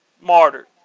martyred